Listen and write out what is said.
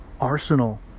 Arsenal